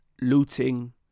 Looting